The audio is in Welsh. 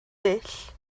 dull